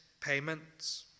payments